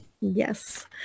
Yes